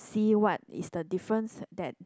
see what is the difference that